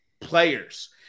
players